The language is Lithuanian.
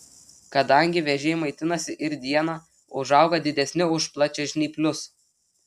kadangi vėžiai maitinasi ir dieną užauga didesni už plačiažnyplius